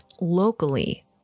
locally